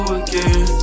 again